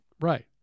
Right